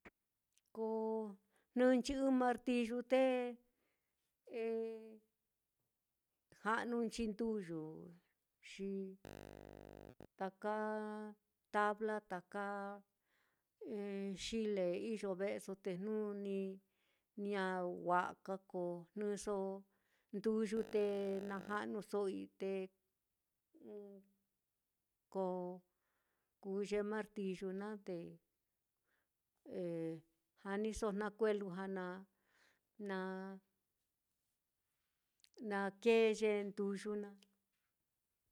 Ko jnɨnchi ɨ́ɨ́n martiyu te ja'nunchi nduyu xi taka tabla taka xile iyo ve'eso, te jnu ni ña wa'a ka, ko jnɨso nduyu naá te na ja'nuso te ko kuu ye martiyu naá te janiso jna kue'e lujua na. na na kee ye nduyu naá.